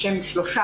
יש 600 מקומות